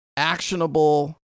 actionable